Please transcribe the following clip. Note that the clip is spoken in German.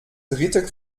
dritte